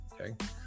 Okay